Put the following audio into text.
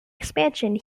expansion